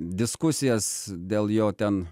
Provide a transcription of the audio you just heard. diskusijas dėl jo ten